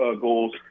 goals